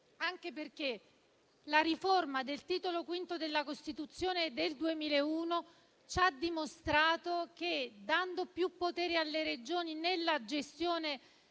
anche perché la riforma del Titolo V della Costituzione del 2001 ci ha dimostrato che, dando più potere alle Regioni nella gestione